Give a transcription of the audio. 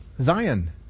Zion